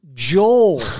Joel